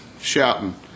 shouting